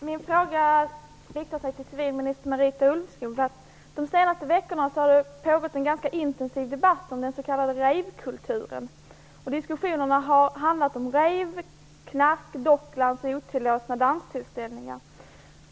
Herr talman! Jag vill ställa en fråga till civilminister Marita Ulvskog. De senaste veckorna har det pågått en intensiv debatt om den s.k. rave-kulturen. Diskussionerna har handlat om rave, knark, Docklands och otillåtna danstillställningar.